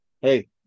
hey